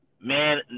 man